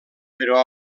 però